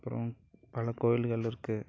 அப்புறம் பல கோவில்கள் இருக்குது